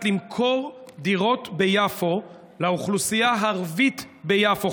למכור דירות ביפו לאוכלוסייה הערבית ביפו,